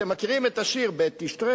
אתם מכירים את השיר "בתשרי..."?